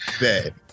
bad